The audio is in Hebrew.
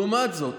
לעומת זאת,